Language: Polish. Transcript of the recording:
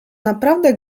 naprawdę